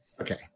Okay